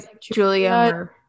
Julia